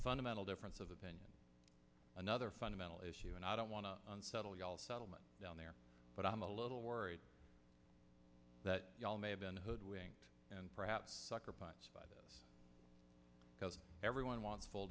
fundamental difference of opinion another fundamental issue and i don't want to settle all settlement down there but i'm a little worried that all may have been hoodwinked and perhaps suckerpunch by this because everyone wants full